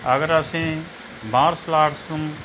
ਅਗਰ ਅਸੀਂ martial arts ਨੂੰ